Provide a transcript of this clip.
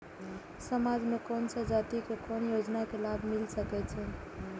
समाज में कोन सा जाति के कोन योजना के लाभ मिल सके छै?